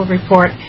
Report